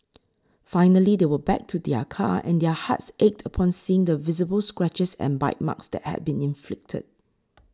finally they went back to their car and their hearts ached upon seeing the visible scratches and bite marks that had been inflicted